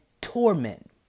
torment